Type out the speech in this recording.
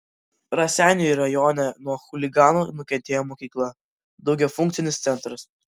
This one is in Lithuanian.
raseinių rajone nuo chuliganų nukentėjo mokykla daugiafunkcinis centras